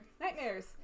Nightmares